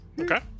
Okay